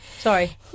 Sorry